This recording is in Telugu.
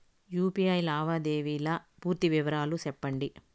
యు.పి.ఐ లావాదేవీల పూర్తి వివరాలు సెప్పండి?